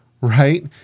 right